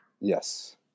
Yes